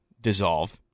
dissolve